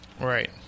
Right